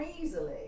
easily